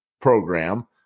program